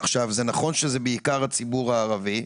זה נכון שזה בעיקר הציבור הערבי,